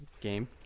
game